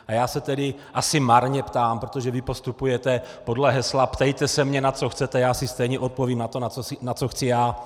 A já se tedy asi marně ptám, protože vy postupujete podle hesla ptejte se mě, na co chcete, já si stejně odpovím na to, na co chci já.